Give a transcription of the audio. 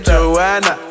Joanna